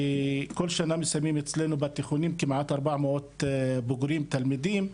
שכל שנה מסיימים אצלנו בתיכונים כמעט 400 בוגרים תלמידים,